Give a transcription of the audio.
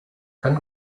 can